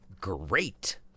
great